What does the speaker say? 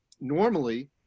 Normally